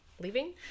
leaving